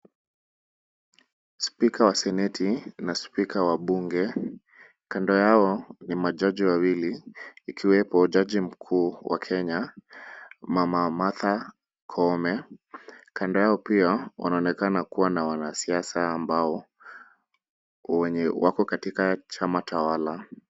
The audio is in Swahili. Spika wa seneti na spika wa bunge, kando yao ni majaji wawili ikiwepo jaji mkuu wa Kenya Mama Martha Koome. Kando yao pia wanaonekana kuwa na wanasiasa ambao wenye wako katika chama tawala.